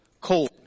cold